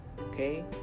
Okay